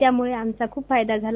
त्यामुळे आमचा खूप फायदा झाला